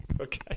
okay